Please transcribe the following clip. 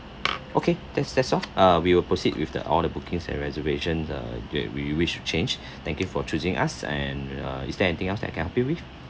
okay that's that's all uh we will proceed with the all the bookings and reservation the that you wish to change thank you for choosing us and uh is there anything else that I can help you with